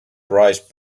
prize